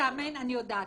אני יודעת.